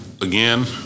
again